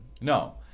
No